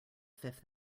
fifth